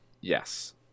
Yes